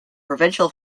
provincial